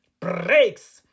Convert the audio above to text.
breaks